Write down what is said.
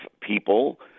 people